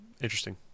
interesting